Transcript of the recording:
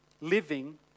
living